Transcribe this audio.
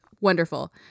wonderful